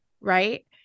Right